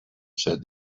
said